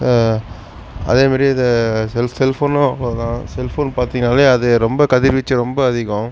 அதே மாரி இது செல் செல்ஃபோனும் அவ்வளோதான் செல்ஃபோன் பார்த்திங்கன்னாவே அது ரொம்ப கதிர் வீச்சு ரொம்ப அதிகம்